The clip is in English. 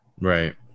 Right